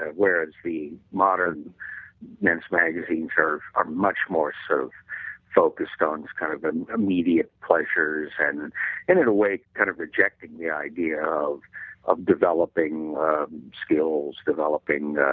and whereas the modern men's magazines are are much more so focused on this kind of but and immediate pleasures and and and in a way kind of rejecting the idea of of developing skills, developing